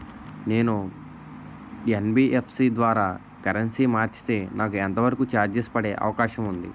నేను యన్.బి.ఎఫ్.సి ద్వారా కరెన్సీ మార్చితే నాకు ఎంత వరకు చార్జెస్ పడే అవకాశం ఉంది?